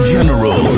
General